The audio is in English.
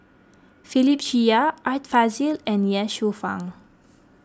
Philip Chia Art Fazil and Ye Shufang